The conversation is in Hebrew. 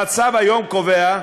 המצב כיום קובע,